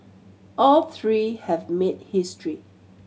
all three have made history